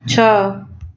ଛଅ